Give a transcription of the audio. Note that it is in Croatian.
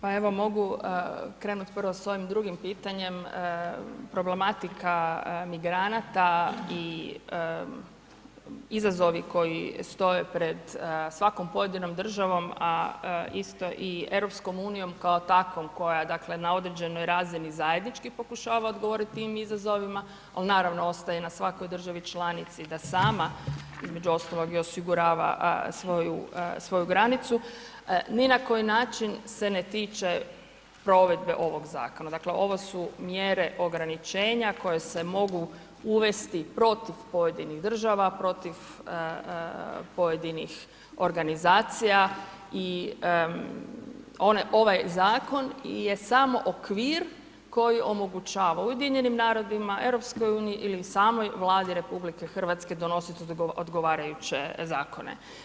Pa evo mogu krenut prvo s ovim drugim pitanjem, problematika migranata i izazovi koji stoje pred svakom pojedinom državom, a isto i EU kao takvom koja, dakle, na određenoj razini zajednički pokušava odgovorit tim izazovima, al naravno ostaje na svakoj državi članici da sama, između ostalog i osigurava svoju granicu, ni na koji način se ne tiče provedbe ovog zakona, dakle, ovo su mjere ograničenja koje se mogu uvesti protiv pojedinih država, protiv pojedinih organizacija i ovaj zakon je samo okvir koji omogućava UN-u, EU, ili samoj Vladi RH donositi odgovarajuće zakone.